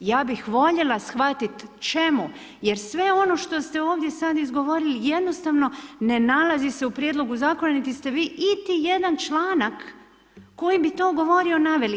Ja bih voljela shvatiti čemu jer sve ono što ste ovdje sada izgovorili jednostavno ne nalazi se u prijedlogu zakona niti ste vi iti jedan članak koji bi to govorio naveli.